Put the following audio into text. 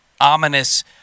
ominous